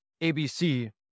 ABC